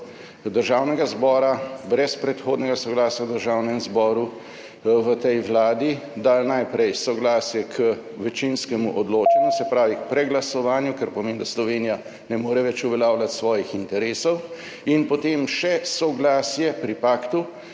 Državnega zbora, brez predhodnega soglasja v Državnem zboru v tej vladi dali najprej soglasje k večinskemu odločanju, se pravi, k preglasovanju, kar pomeni, da Slovenija ne more več uveljavljati svojih interesov, in potem še soglasje pri paktu